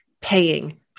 paying